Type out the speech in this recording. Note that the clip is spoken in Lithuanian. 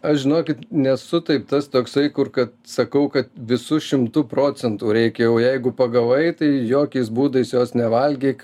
aš žinokit nesu taip tas toksai kur kad sakau kad visu šimtu procentų reikia jau jeigu pagavai tai jokiais būdais jos nevalgyk